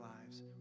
lives